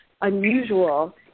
unusual